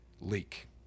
leak